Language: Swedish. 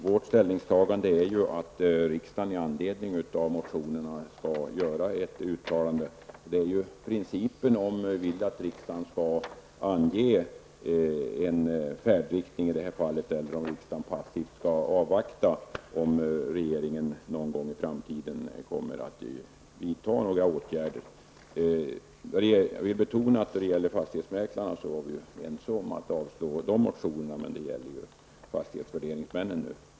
Vårt ställningstagande är att riksdagen i anledning av motionerna skall göra ett uttalande. Det gäller ju principiellt om vi vill att riksdagen skall ange en färdriktning i det här fallet eller om riksdagen passivt skall avvakta om regeringen någon gång i framtiden kommer att vidta några åtgärder. Jag vill betona att vi var ense om att avslå motionerna när det gäller fastighetsmäklarna. Men nu gäller det fastighetsvärderingsmännen.